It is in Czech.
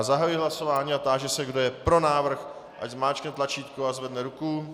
Zahajuji hlasování a táži se, kdo je pro návrh, ať zmáčkne tlačítko a zvedne ruku.